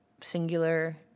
singular